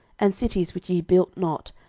and cities which ye built not,